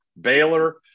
Baylor